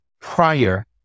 prior